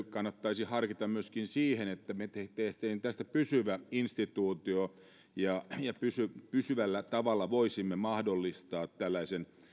kannattaisi harkita myöskin siten että me teemme tästä pysyvän instituution ja pysyvällä pysyvällä tavalla voisimme mahdollistaa tällaisen